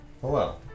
hello